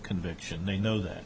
conviction they know that